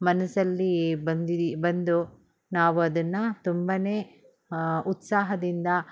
ಮನಸಲ್ಲಿ ಬಂದಿದೆ ಬಂದು ನಾವು ಅದನ್ನು ತುಂಬ ಉತ್ಸಾಹದಿಂದ